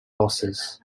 losses